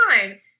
time